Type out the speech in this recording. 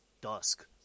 dusk